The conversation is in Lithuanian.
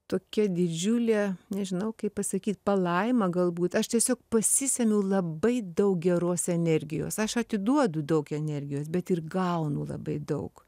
tokia didžiulė nežinau kaip pasakyt palaima galbūt aš tiesiog pasisemiu labai daug geros energijos aš atiduodu daug energijos bet ir gaunu labai daug